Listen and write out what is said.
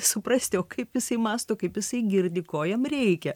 suprasti o kaip jisai mąsto kaip jisai girdi ko jam reikia